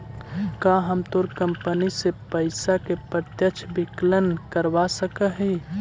का हम तोर कंपनी से पइसा के प्रत्यक्ष विकलन करवा सकऽ हिअ?